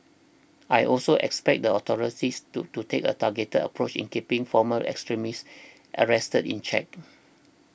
I also expect the authorities to to take a targeted approach in keeping former extremists arrested in check